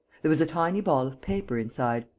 there was a tiny ball of paper inside.